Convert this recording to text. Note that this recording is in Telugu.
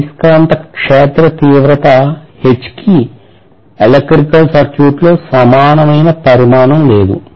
అయస్కాంత క్షేత్ర తీవ్రత H కి ఎలక్ట్రికల్ సర్క్యూట్లో సమానమైన పరిమాణం లేదు